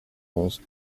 onze